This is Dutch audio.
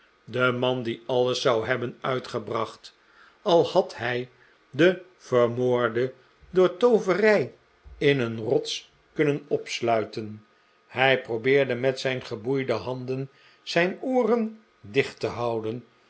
de man die alles zou hebben uitgebracht al had hij den vermoorde door tooverij in een rots kunnen opsluiten hij probeerde met zijn geboeide handen zijn ooren dicht te houden